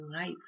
life